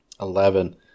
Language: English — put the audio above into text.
Eleven